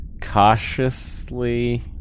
cautiously